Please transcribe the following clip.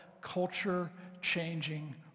culture-changing